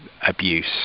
abuse